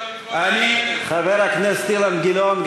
חבר הכנסת אילן גילאון,